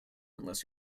unless